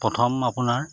প্ৰথম আপোনাৰ